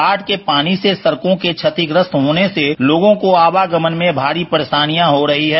बाढ़ के पानी से सड़कों के बतिग्रस्त होने से लोगों को आवागमन में भारी परेशानियां हो रही हैं